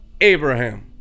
Abraham